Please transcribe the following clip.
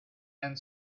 and